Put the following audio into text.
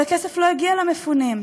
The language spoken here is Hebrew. אבל הכסף לא הגיע למפונים,